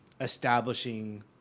establishing